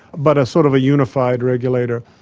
but ah sort of a unified regulator.